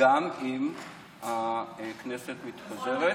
גם אם הכנסת מתפזרת.